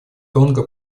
тонга